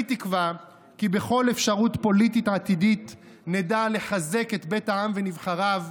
אני תקווה כי בכל אפשרות פוליטית עתידית נדע לחזק את בית העם ונבחריו,